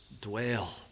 dwell